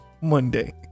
Monday